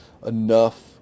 enough